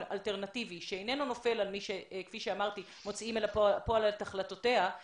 אני אדלג על ההקדמה כדי לאפשר לשרת העלייה והקליטה להתייחס